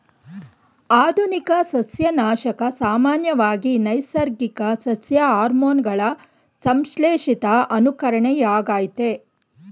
ಆಧುನಿಕ ಸಸ್ಯನಾಶಕ ಸಾಮಾನ್ಯವಾಗಿ ನೈಸರ್ಗಿಕ ಸಸ್ಯ ಹಾರ್ಮೋನುಗಳ ಸಂಶ್ಲೇಷಿತ ಅನುಕರಣೆಯಾಗಯ್ತೆ